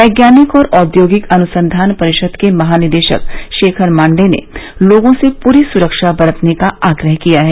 वैज्ञानिक और औद्योगिक अनुसंधान परिषद के महानिदेशक शेखर मांडे ने लोगों से पूरी सुरक्षा बरतने का आग्रह किया है